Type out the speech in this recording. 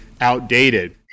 outdated